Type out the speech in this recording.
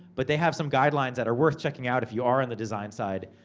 but they have some guidelines that are worth checking out, if you are in the design side.